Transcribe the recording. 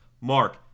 Mark